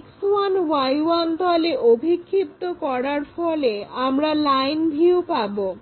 X1Y1 তলে অভিক্ষিপ্ত করার ফলে আমরা লাইন ভিউ পাবো